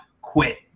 quit